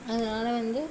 அதனால வந்து